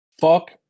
Fuck